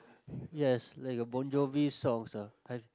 yes like a Bon-Jovi song sir I